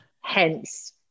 Hence